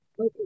Okay